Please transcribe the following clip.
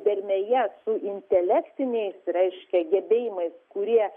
dermėje su intelektiniais reiškia gebėjimais kurie